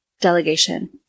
Delegation